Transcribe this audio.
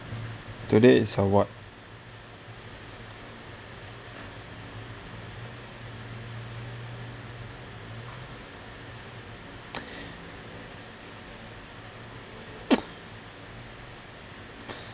today is her what